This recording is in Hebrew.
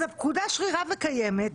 אז הפקודה שרירה וקיימת,